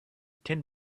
tin